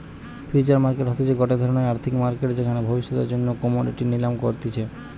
future market হতিছে গটে ধরণের আর্থিক মার্কেট যেখানে ভবিষ্যতের জন্য কোমোডিটি নিলাম করতিছে